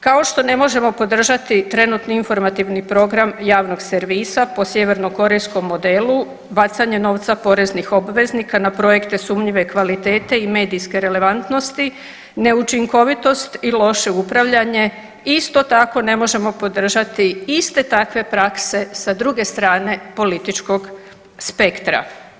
Kao što ne možemo podržati trenutni Informativni program javnog servisa po sjevernokorejskom modelu bacanja novca poreznih obveznika na projekte sumnjive kvalitete i medijske relevantnosti, neučinkovitost i loše upravljanje isto tako ne možemo podržati iste takve prakse sa druge strane političkog spektra.